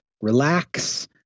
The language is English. relax